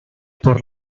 por